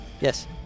Yes